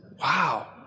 Wow